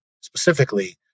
specifically